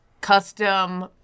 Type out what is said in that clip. custom